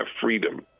freedom